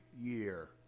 year